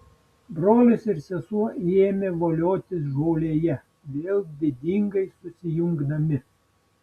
brolis ir sesuo ėmė voliotis žolėje vėl didingai susijungdami